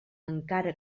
encara